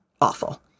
awful